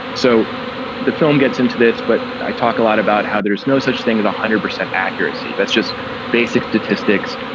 so the film gets into this, but i talk a lot about how there's no such thing as one hundred percent accuracy. that's just basic statistics.